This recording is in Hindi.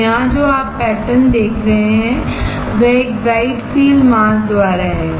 तो यहाँ जो पैटर्न आप देख रहे हैं वह एक ब्राइट फील्ड मास्क द्वारा है